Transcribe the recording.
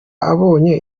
abonye